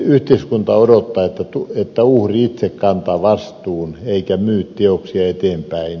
yhteiskunta odottaa että uhri itse kantaa vastuun eikä myy teoksia eteenpäin